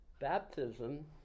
Baptism